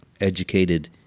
educated